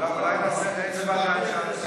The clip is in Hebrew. אבל אולי נעשה באיזו ועדה אפשר לעשות?